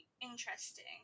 interesting